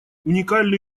уникальные